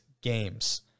games